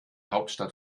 hauptstadt